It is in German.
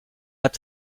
hat